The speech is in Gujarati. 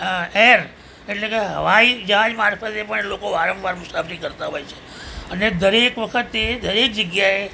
તો બાય એર એટલે કે હવાઈ જહાજ મારફતે પણ લોકો વારંવાર મુસાફરી કરતા હોય છે અને દરેક વખતે દરેક જગ્યાએ